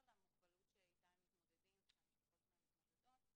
למוגבלות שאתה הם מתמודדים ושהמשפחות שלהם מתמודדות אתה,